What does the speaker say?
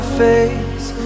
face